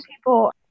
people